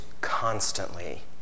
constantly